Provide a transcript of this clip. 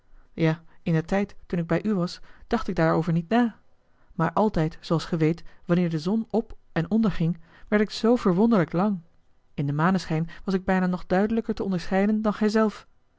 ja indertijd toen ik bij u was dacht ik daarover niet na maar altijd zooals ge weet wanneer de zon op en onderging werd ik zoo verwonderlijk lang in den maneschijn was ik bijna nog duidelijker te onderscheiden dan gij zelf